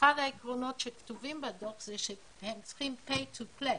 אחד העקרונות שכתובים בדוח זה שהם צריכים pay to play,